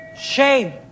Shame